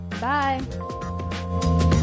Bye